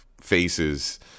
faces